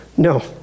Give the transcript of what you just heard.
No